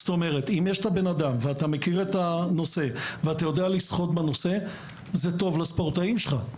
אם אתה יודע לשחות בנושא זה טוב לספורטאים שלך.